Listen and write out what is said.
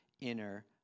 inner